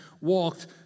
walked